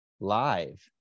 live